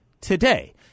today